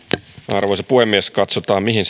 arvoisa puhemies katsotaan mihin